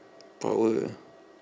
power